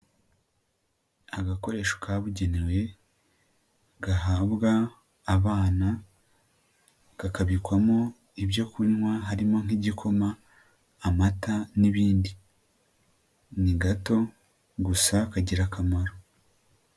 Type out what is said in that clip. Agakoresho kabugenewe gahabwa abana kakabikwamo ibyo kunywa, harimo nk'igikoma, amata n'ibindi, ni gato gusa kagira akamaro.